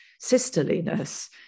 sisterliness